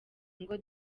ngo